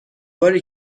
باری